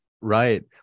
Right